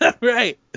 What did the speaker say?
Right